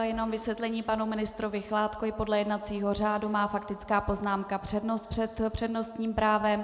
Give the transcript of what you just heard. Jenom vysvětlení panu ministrovi Chládkovi: podle jednacího řádu má faktická poznámka přednost před přednostním právem.